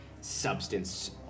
substance